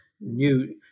new